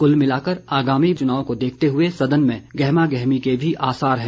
कल मिलाकर आगामी लोकसभा चुनाव को देखते हए सदन में गहमागहमी के भी आसार हैं